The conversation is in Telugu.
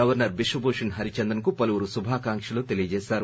గవర్సర్ బిశ్వ భూషణ్ హరిచందన్ కు పలువురు శుభాకాంక్షలు తెలీయచేశారు